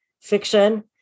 fiction